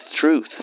truth